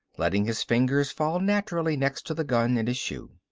letting his fingers fall naturally next to the gun in his shoe.